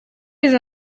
izo